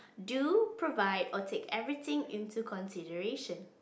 do provide or take everything into consideration